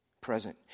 Present